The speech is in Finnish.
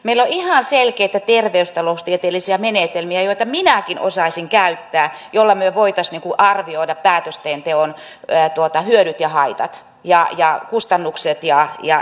meillä on ihan selkeitä terveystaloustieteellisiä menetelmiä joita minäkin osaisin käyttää ja joilla me voisimme arvioida päätöksenteon hyödyt ja haitat kustannukset ja voitot